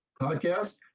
podcast